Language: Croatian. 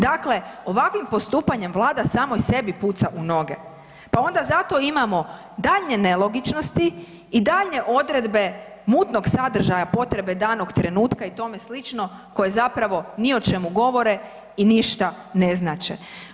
Dakle, ovakvim postupanjem Vlada samoj sebi puca u noge, pa onda zato imamo daljnje nelogičnosti i daljnje odredbe mutnog sadržaja potrebe danog trenutka i tome slično koje zapravo ni o čemu govore i ništa ne znače.